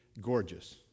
gorgeous